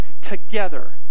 together